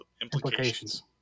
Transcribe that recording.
Implications